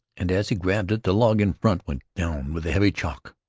and as he grabbed it, the log in front went down with a heavy chock.